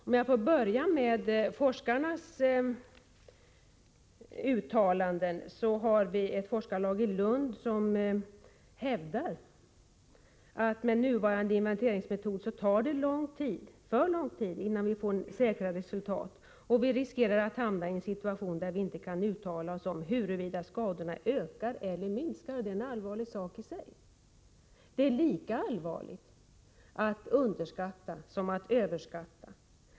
Om jag får börja med forskarnas uttalanden, vill jag nämna att ett forskarlag i Lund hävdar att det med nuvarande inventeringsmetod tar för lång tid innan vi får säkra resultat och att vi riskerar att hamna i en situation där vi inte kan uttala huruvida skadorna ökar eller minskar. Det är en allvarlig sak i sig. Det är lika allvarligt att underskatta som att överskatta.